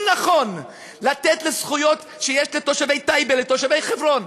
אם נכון לתת זכויות שיש לתושבי טייבה לתושבי חברון,